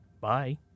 Bye